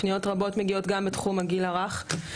פניות רבות מגיעות גם בתחום הגיל הרך,